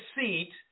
seat